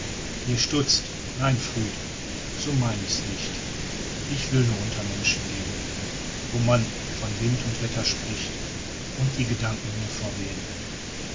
ihr stutzt nein früd so mein ich's nicht ich will nur unter menschen gehen wo man von wind und wetter spricht und die gedanken mir verwehen